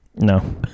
No